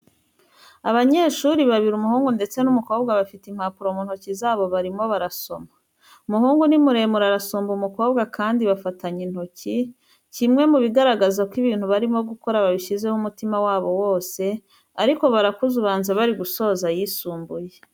Abanyeshuri babiri umuhungu ndetse n'umukobwa, bafite impapuro mu ntoki zabo barimo barasoma. Umuhungu ni muremure arasumba umukobwa kandi bafatanye intoki, kimwe mu bigaragaza ko ibintu barimo bakora babishyizeho umutima wabo wose, ariko barakuze ubanza bari gusoza ayisumbuye.